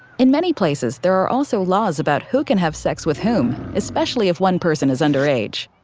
in many places there are also laws about who can have sex with whom, especially if one person is under age.